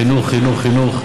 חינוך, חינוך, חינוך.